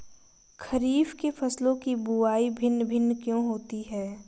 खरीफ के फसलों की बुवाई भिन्न भिन्न क्यों होती है?